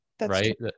right